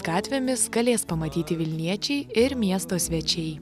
gatvėmis galės pamatyti vilniečiai ir miesto svečiai